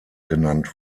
genannt